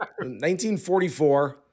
1944